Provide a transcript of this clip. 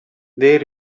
they